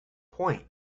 point